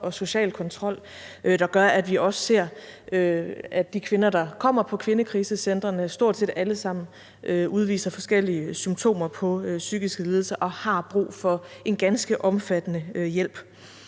og social kontrol, der gør, at vi ser, at de kvinder, der kommer på kvindekrisecentrene, stort set alle sammen udviser forskellige symptomer på psykiske lidelser og har brug for en ganske omfattende hjælp.